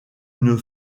une